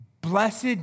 blessed